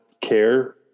care